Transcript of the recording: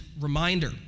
reminder